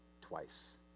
twice